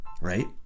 right